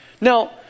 Now